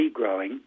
regrowing